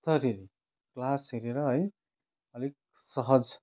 class हेरेर है अलिक सहज